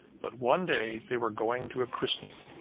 but one day they were going to a christening,